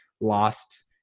lost